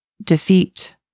defeat